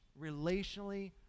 relationally